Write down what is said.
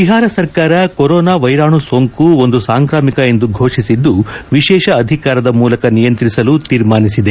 ಬಿಹಾರ ಸರ್ಕಾರ ಕೊರೋನಾ ವೈರಾಣು ಸೋಂಕು ಒಂದು ಸಾಂಕ್ರಾಮಿಕ ಎಂದು ಘೋಷಿಸಿದ್ದು ವಿಶೇಷ ಅಧಿಕಾರದ ಮೂಲಕ ನಿಯಂತ್ರಿಸಲು ತೀರ್ಮಾನಿಸಿದೆ